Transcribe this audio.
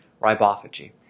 ribophagy